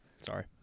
Sorry